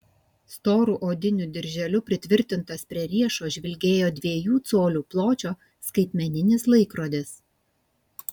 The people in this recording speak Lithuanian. storu odiniu dirželiu pritvirtintas prie riešo žvilgėjo dviejų colių pločio skaitmeninis laikrodis